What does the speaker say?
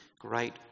great